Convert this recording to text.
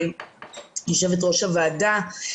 יושבת ראש הוועדה,